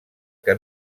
que